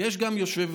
יש גם יושב-ראש,